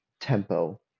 tempo